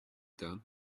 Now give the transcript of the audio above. down